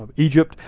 um egypt,